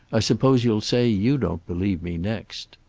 i suppose you'll say you don't believe me next.